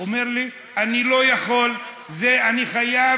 הוא אומר לי: אני לא יכול, לזה אני חייב